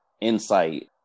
insight